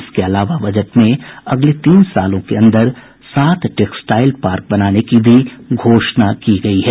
इसके अलावा बजट में अगले तीन सालों के अन्दर सात टेक्सटाईल पार्क बनाने की भी घोषणा की गयी है